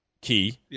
key